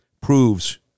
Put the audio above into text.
proves